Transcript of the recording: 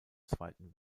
zweiten